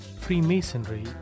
Freemasonry